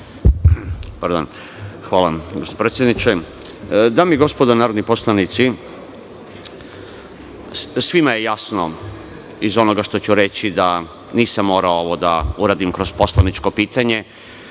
Hvala, gospodine predsedniče. Dame i gospodo narodni poslanici, svima je jasno iz onoga što ću reći da nisam morao ovo da uradim kroz poslaničko pitanje.